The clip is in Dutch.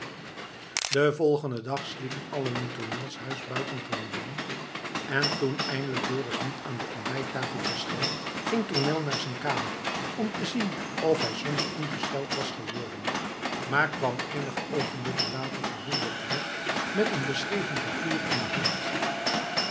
den volgenden dag sliepen allen in tournels huis buitengewoon lang en toen eindelijk dorus niet aan de ontbijttafel verscheen ging tournel naar zijn kamer om te zien of hij soms ongesteld was geworden maar kwam eenige oogenblikken later verwonderd terug met een beschreven papier in de hand